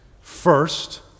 First